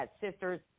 sisters